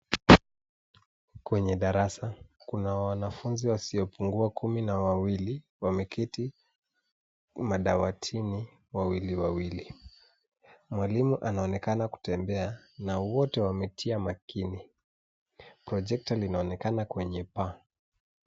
Kwenye darasa kuna wanafunzi wasiopungua kumi na wawili wameketi madawatini wawili wawili. Mwalimu anaonekana kutembea na wote wametia makini. Projector linaonekana kwenye paa.